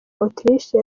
autriche